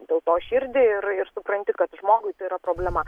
dėl to širdį ir ir supranti kad žmogui yra problema